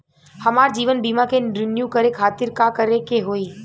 हमार जीवन बीमा के रिन्यू करे खातिर का करे के होई?